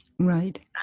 right